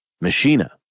Machina